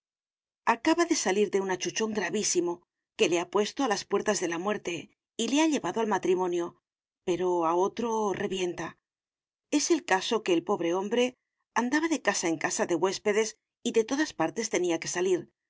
acaba de salir de un achuchón gravísimo que le ha puesto a las puertas de la muerte y le ha llevado al matrimonio pero a otro revienta es el caso que el pobre hombre andaba de casa en casa de huéspedes y de todas partes tenía que salir